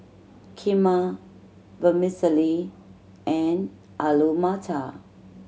Kheema Vermicelli and Alu Matar